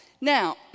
Now